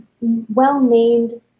well-named